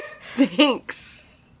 Thanks